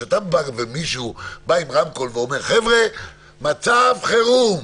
כשמישהו בא עם רמקול ואומר: מצב חירום.